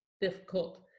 difficult